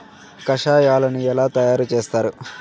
కషాయాలను ఎలా తయారు చేస్తారు?